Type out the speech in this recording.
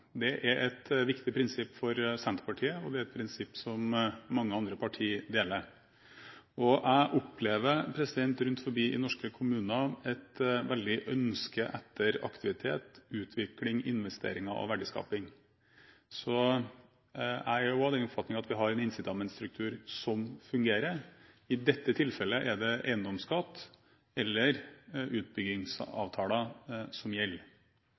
Det er et viktig prinsipp for Senterpartiet, og det er et prinsipp som mange partier deler. Jeg opplever rundt omkring i norske kommuner et veldig ønske om aktivitet, utvikling, investeringer og verdiskaping. Jeg er også av den oppfatning at vi har en incitamentstruktur som fungerer. I dette tilfellet er det eiendomsskatt eller utbyggingsavtaler som gjelder.